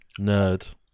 Nerd